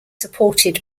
supported